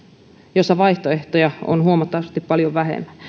joissa vaihtoehtoja on huomattavasti paljon vähemmän